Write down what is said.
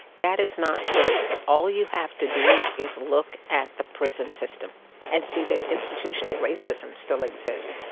that is not true. all you have to do is look at the prison system and see that institutional racism still exists.